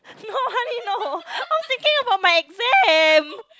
no I didn't know I was thinking about my exam